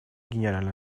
генеральной